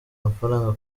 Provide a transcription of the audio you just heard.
amafaranga